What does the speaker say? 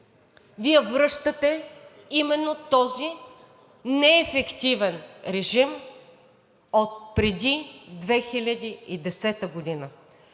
Вие връщате именно този неефективен режим отпреди 2010 г.